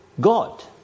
God